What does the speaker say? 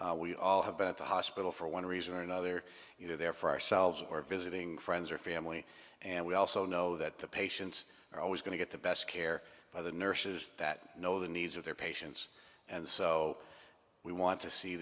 do we all have been at the hospital for one reason or another you know there for ourselves or visiting friends or family and we also know that the patients are always going to get the best care by the nurses that know the needs of their patients and so we want to see